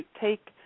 take